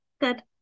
Good